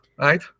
right